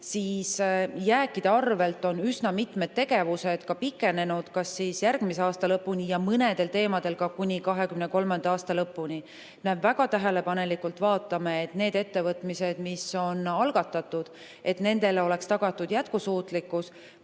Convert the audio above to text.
siis jääkide arvel on üsna mitmed tegevused pikenenud kas järgmise aasta lõpuni, mõne teema puhul ka kuni 2023. aasta lõpuni. Me väga tähelepanelikult vaatame, et nendele ettevõtmistele, mis on algatatud, oleks tagatud jätkusuutlikkus